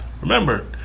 Remember